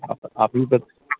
आप आप ही